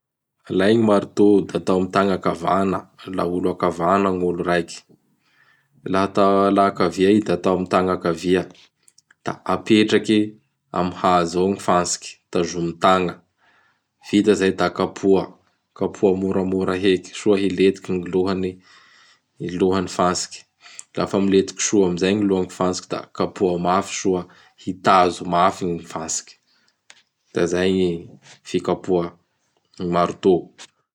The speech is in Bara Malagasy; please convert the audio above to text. Alay gny marteau da atao amin' gny tagna akavagna, laha olo akavagna gny olo raiky. Laha akavia i da atao amin' gny tagna akavia; da apetraky amin' gny hazo eo gny fantsiky tazomy tagna, vita izay da kapoha. Kapoha moramora heky soa hiletiky gny lohany, n lohan' gny fantsiky. Lafa miletiky soa amin'izay gny lohan'ny fantsiky da kapoha mafy soa hitazo mafy gny fantsiky; da izay gny fikapoha gn marteau.